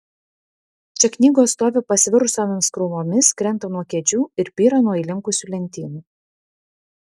čia knygos stovi pasvirusiomis krūvomis krenta nuo kėdžių ir byra nuo įlinkusių lentynų